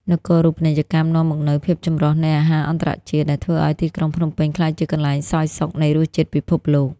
នគរូបនីយកម្មនាំមកនូវ "ភាពចម្រុះនៃអាហារអន្តរជាតិ" ដែលធ្វើឱ្យទីក្រុងភ្នំពេញក្លាយជាកន្លែងសោយសុខនៃរសជាតិពិភពលោក។